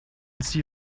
see